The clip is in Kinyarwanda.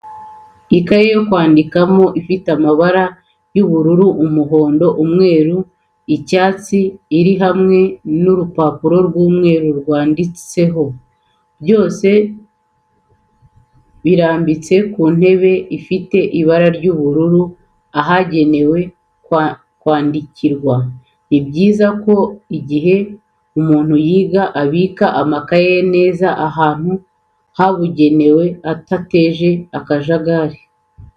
Ikaye yo kwandikano ifite amabara y'ubururu, umuhondo, umweru icyatsi iri hamwe n'urupapuro rw'umweru rwanditseho, byose birambitse ku ntebe ifite ibara ry'ubururu ahagenewe kwandikirwa. Ni byiza ko mu gihe umuntu yiga abika amakayi ye neza ahantu habugenewe adateje akajagari.